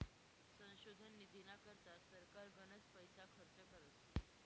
संशोधन निधीना करता सरकार गनच पैसा खर्च करस